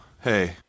hey